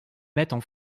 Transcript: mettent